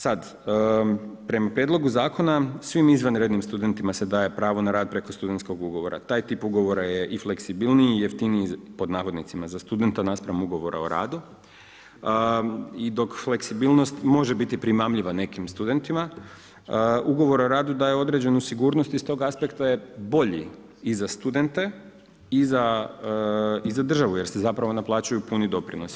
Sad prema prijedlogu zakona svim izvanrednim studentima se daje pravo na rad preko studentskog ugovora, taj tip ugovora je i fleksibilniji i jeftiniji pod navodnicima za studenta naspram ugovora o radu i dok fleksibilnost može biti primamljiva nekim studentima, ugovor o radu daje određenu sigurnost i iz tog aspekta je bolji i za studente i za državu jer se zapravo naplaćuju puni doprinosi.